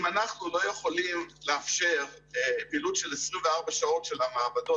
אם אנחנו לא יכולים לאפשר פעילות של 24 שעות של המעבדות,